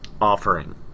offering